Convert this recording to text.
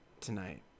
tonight